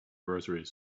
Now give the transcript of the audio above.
groceries